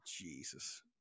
Jesus